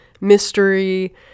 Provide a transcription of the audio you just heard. mystery